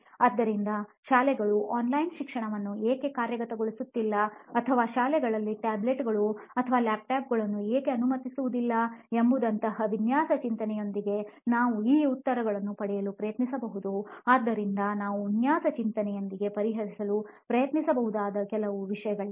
ಆದ್ದರಿಂದ ಶಾಲೆಗಳು ಆನ್ಲೈನ್ ಶಿಕ್ಷಣವನ್ನು ಏಕೆ ಕಾರ್ಯಗತಗೊಳಿಸುತ್ತಿಲ್ಲ ಅಥವಾ ಶಾಲೆಗಳಲ್ಲಿ ಟ್ಯಾಬ್ಲೆಟ್ಗಳು ಅಥವಾ ಲ್ಯಾಪ್ಟಾಪ್ ಗಳನ್ನು ಏಕೆ ಅನುಮತಿಸುವುದಿಲ್ಲ ಎಂಬಂತಹ ವಿನ್ಯಾಸ ಚಿಂತನೆಯೊಂದಿಗೆ ನಾವು ಆ ಉತ್ತರಗಳನ್ನು ಪಡೆಯಲು ಪ್ರಯತ್ನಿಸಬಹುದು ಆದ್ದರಿಂದ ನಾವು ವಿನ್ಯಾಸ ಚಿಂತನೆಯೊಂದಿಗೆ ಪರಿಹರಿಸಲು ಪ್ರಯತ್ನಿಸಬಹುದಾದ ಕೆಲವು ವಿಷಯಗಳಿವೆ